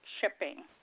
shipping